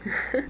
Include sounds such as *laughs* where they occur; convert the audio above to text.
*laughs*